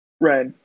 Right